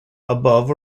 above